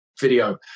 video